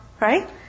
Right